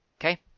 Okay